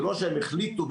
ככה זה ההשערות שלנו,